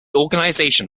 organisation